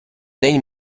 день